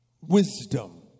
Wisdom